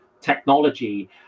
technology